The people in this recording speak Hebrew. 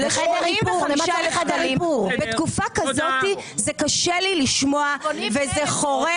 ל-75,000 שקלים בתקופה כזאת זה קשה לי לשמוע וזה חורה.